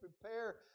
prepare